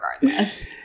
regardless